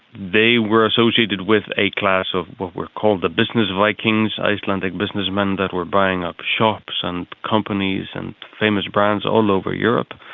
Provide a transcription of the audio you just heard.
they were associated with a class of what were called the business vikings, icelandic businessmen that were buying up shops and companies and famous brands all over europe.